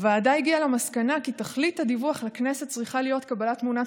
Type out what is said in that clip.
הוועדה הגיעה למסקנה כי תכלית הדיווח לכנסת צריכה להיות קבלת תמונת